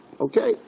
Okay